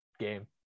game